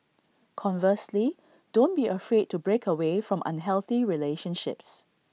conversely don't be afraid to break away from unhealthy relationships